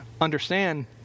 understand